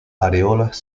areolas